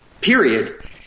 period